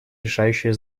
решающее